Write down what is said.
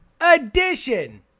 edition